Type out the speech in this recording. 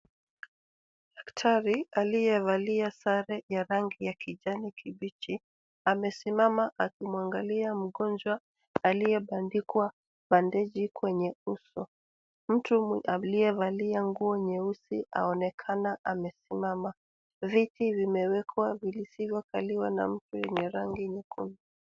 Daktari aliyevalia sare ya rangi ya kijani kibichi amesimama akimwangalia mgonjwa alipandikwa pandeji kwenye uso, mtu aliyevalia nguo nyeusi aonekana kuinama viti vimewekwa visiokaliwa na mtu yenye rangi nyekundu